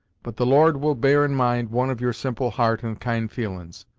but the lord will bear in mind one of your simple heart and kind feelin's!